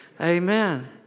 Amen